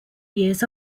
years